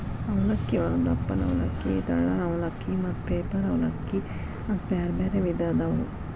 ಅವಲಕ್ಕಿಯೊಳಗ ದಪ್ಪನ ಅವಲಕ್ಕಿ, ತೆಳ್ಳನ ಅವಲಕ್ಕಿ, ಮತ್ತ ಪೇಪರ್ ಅವಲಲಕ್ಕಿ ಅಂತ ಬ್ಯಾರ್ಬ್ಯಾರೇ ವಿಧ ಅದಾವು